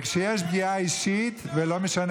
כיושב-ראש אני לא חייב